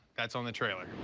that's on the trailer.